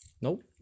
nope